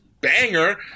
banger